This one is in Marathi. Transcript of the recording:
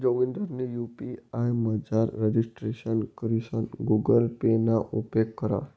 जोगिंदरनी यु.पी.आय मझार रजिस्ट्रेशन करीसन गुगल पे ना उपेग करा